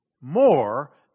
more